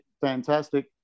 fantastic